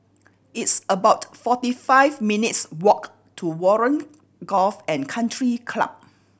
it's about forty five minutes' walk to Warren Golf and Country Club